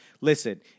listen